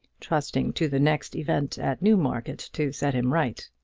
trusting to the next event at newmarket to set him right.